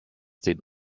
den